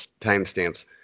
timestamps